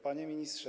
Panie Ministrze!